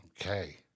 okay